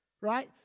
right